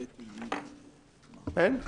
אין?